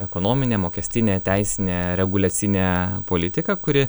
ekonominė mokestinė teisinė reguliacinė politika kuri